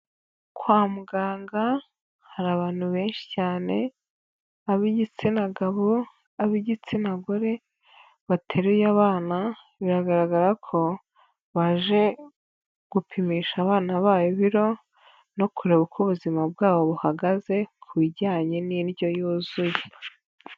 Kwa muganga hari abantu benshi cyane ab'igitsina gabo, ab'igitsina gore bateruye abana, biragaragara ko baje gupimisha abana babo ibiro no kureba uko ubuzima bwabo buhagaze, ku bijyanye n'indyo yuzuye.